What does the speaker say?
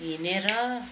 हिँडेर